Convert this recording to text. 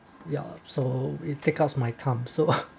yup so it take up my time so